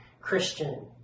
Christian